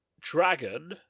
Dragon